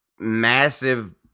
massive